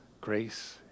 grace